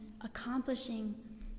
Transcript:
accomplishing